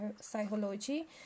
psychology